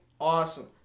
awesome